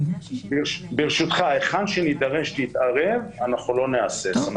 ברשותך, היכן שנידרש להתערב, אנחנו לא נהסס.